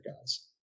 guys